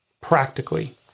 practically